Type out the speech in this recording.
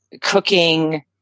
cooking